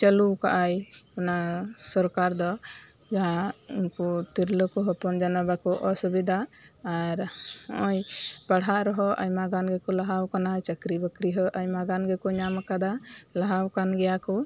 ᱪᱟᱞᱩᱣ ᱠᱟᱜ ᱟᱭ ᱚᱱᱟ ᱥᱚᱨᱠᱟᱨ ᱫᱚ ᱡᱟᱦᱟᱸ ᱩᱝᱠᱩ ᱛᱤᱨᱞᱟᱹ ᱠᱚ ᱦᱚᱯᱚᱱ ᱡᱮᱱᱚ ᱵᱟᱠᱚ ᱚᱥᱵᱤᱫᱟᱜ ᱟᱨ ᱱᱚᱜ ᱚᱭ ᱯᱟᱲᱦᱟᱣ ᱨᱮᱦᱚᱸ ᱟᱭᱢᱟ ᱜᱟᱱ ᱜᱮᱠᱚ ᱞᱟᱦᱟᱣ ᱠᱟᱱᱟ ᱪᱟᱠᱨᱤ ᱵᱟᱠᱨᱤ ᱦᱚᱸ ᱟᱭᱢᱟ ᱜᱟᱱ ᱜᱮᱠᱚ ᱧᱟᱢ ᱠᱟᱫᱟ ᱞᱟᱦᱟᱣ ᱠᱟᱱ ᱜᱮᱭᱟ ᱠᱚ